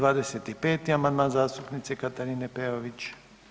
25. amandman zastupnice Katarine Peović.